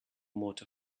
motor